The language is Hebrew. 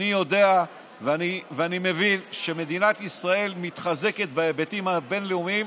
אני יודע ואני מבין שכשמדינת ישראל מתחזקת בהיבטים הבין-לאומיים,